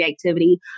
creativity